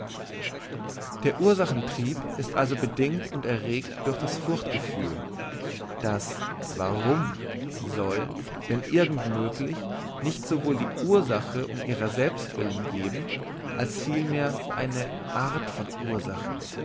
der ursachen trieb ist also bedingt und erregt durch das furchtgefühl das warum soll wenn irgend möglich nicht sowohl die ursache um ihrer selber willen geben als vielmehr eine art von ursache